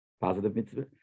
positive